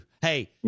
Hey